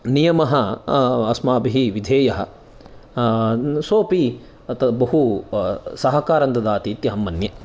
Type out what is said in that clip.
नियमः अस्माभिः विधेयः सोपि बहु सहकारम् ददाति इत्यहं मन्ये